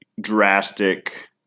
drastic